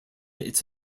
its